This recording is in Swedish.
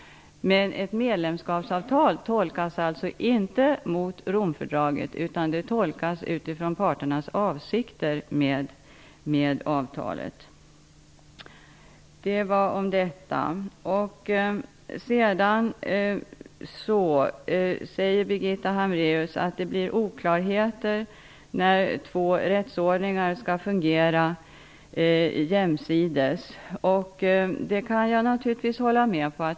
Ett medlemskapsavtal tolkas alltså inte mot Romfördraget, utan det tolkas utifrån parternas avsikter med avtalet. Det om detta. Birgitta Hambraeus säger att det blir oklarheter när två rättsordningar skall fungera jämsides. Det kan jag naturligtvis hålla med om.